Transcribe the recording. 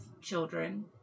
children